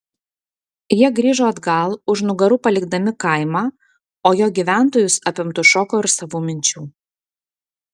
jie grįžo atgal už nugarų palikdami kaimą o jo gyventojus apimtus šoko ir savų minčių